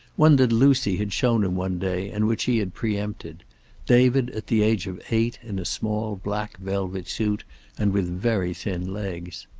one that lucy had shown him one day and which he had preempted david at the age of eight, in a small black velvet suit and with very thin legs.